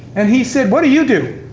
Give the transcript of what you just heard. and he said, what do you do?